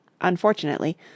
Unfortunately